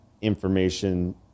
information